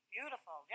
Beautiful